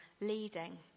leading